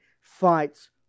fights